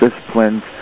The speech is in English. disciplines